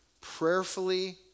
prayerfully